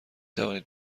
توانید